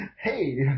Hey